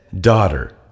Daughter